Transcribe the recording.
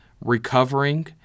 recovering